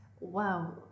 Wow